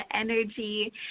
energy